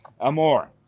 Amor